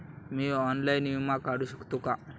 मी online विमा काढू शकते का?